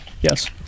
yes